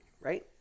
right